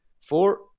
Four